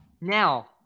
now